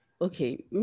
Okay